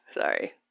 Sorry